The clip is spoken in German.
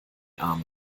arme